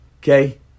okay